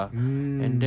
mm